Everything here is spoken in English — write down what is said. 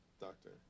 doctor